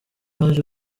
baje